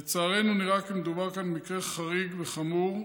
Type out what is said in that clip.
לצערנו, נראה כי מדובר כאן במקרה חריג וחמור,